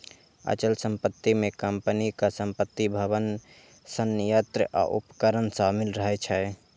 अचल संपत्ति मे कंपनीक संपत्ति, भवन, संयंत्र आ उपकरण शामिल रहै छै